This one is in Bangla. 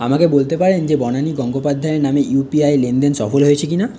আমাকে বলতে পারেন যে বনানী গঙ্গোপাধ্যায়ের নামে ইউ পি আই লেনদেন সফল হয়েছে কি না